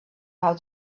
how